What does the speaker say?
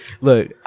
Look